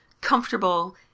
comfortable